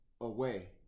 away